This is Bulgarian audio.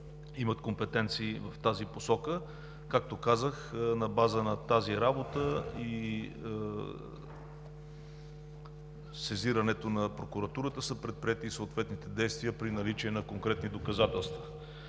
имат компетенции в тази посока. Както казах, на база на тази работа и сезирането на прокуратурата са предприети съответните действия при наличие на конкретни доказателства.